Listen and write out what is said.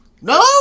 no